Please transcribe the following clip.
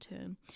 term